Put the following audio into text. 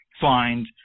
find